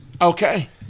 Okay